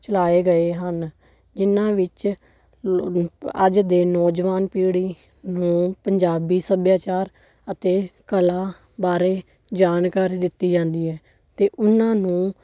ਚਲਾਏ ਗਏ ਹਨ ਜਿਹਨਾਂ ਵਿੱਚ ਅੱਜ ਦੇ ਨੌਜਵਾਨ ਪੀੜ੍ਹੀ ਨੂੰ ਪੰਜਾਬੀ ਸੱਭਿਆਚਾਰ ਅਤੇ ਕਲਾ ਬਾਰੇ ਜਾਣਕਾਰੀ ਦਿੱਤੀ ਜਾਂਦੀ ਹੈ ਅਤੇ ਉਹਨਾਂ ਨੂੰ